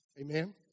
Amen